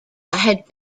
had